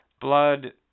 blood